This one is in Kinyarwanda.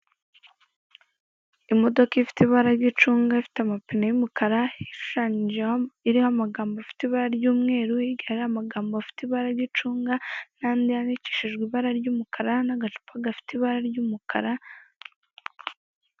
Imodoka ifite ibara ryicunga ifite amapine yumukara ishushanyijeho, iriho amagambo afite ibara ryumweru hirya haramagambo afite ibara ryicunga nandi yandikishijwe ibara ryumukara nagacupa gafite ibara ryumukara.